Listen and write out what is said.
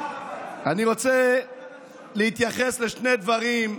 אני רוצה להתייחס לשני דברים,